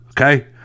Okay